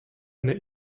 eine